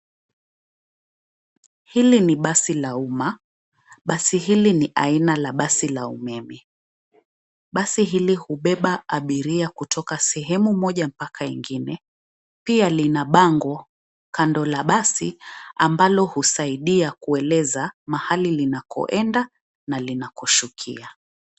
Hili ni basi la uma. Basi hili ni aina la basi la umeme. Basi hili hubeba abiria kutoka sehemu moja mpaka ingine. Pia lina bango kando la basi ambalo husaidia kueleza mahali linakaoenda na linako shukia.